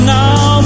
now